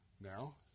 now